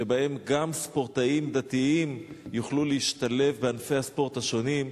שבהם גם ספורטאים דתיים יוכלו להשתלב בענפי הספורט השונים,